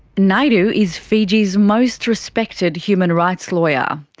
naidu is fiji's most respected human rights lawyer.